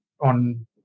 on